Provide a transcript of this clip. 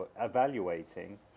evaluating